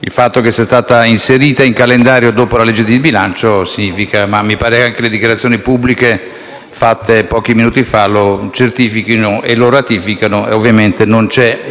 Il fatto che sia stato inserito in calendario dopo il disegno di legge di bilancio significa e mi pare che anche le dichiarazioni pubbliche fatte pochi minuti fa lo certifichino e lo ratifichino - che ovviamente non c'è